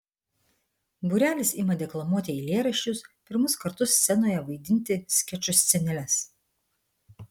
būrelis ima deklamuoti eilėraščius pirmus kartus scenoje vaidinti skečų sceneles